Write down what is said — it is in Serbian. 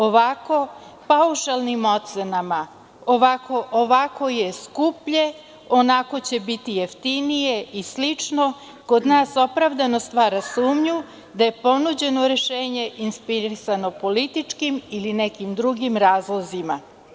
Ovako, paušalnim ocenama, ovako je skuplje, onako će biti jeftinije i slično, kod nas opravdano stvara sumnju da je ponuđeno rešenje inspirisano političkim ili nekim drugim razlozima.